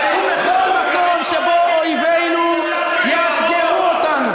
ובכל מקום שבו אויבינו יאתגרו אותנו.